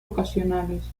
ocasionales